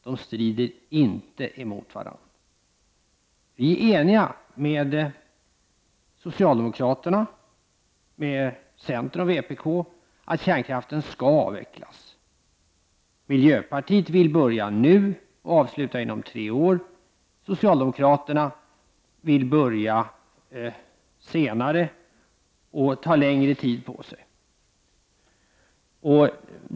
De strider inte emot varandra. Vi i miljöpartiet är eniga med socialdemokraterna, centern och vpk att kärnkraften skall avvecklas. Miljöpartiet vill börja nu och avsluta inom tre år. Socialdemokraterna vill börja senare och ta längre tid på sig.